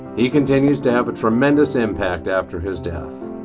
he continues to have a tremendous impact after his death.